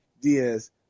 Diaz